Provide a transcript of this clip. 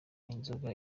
inzoga